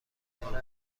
داره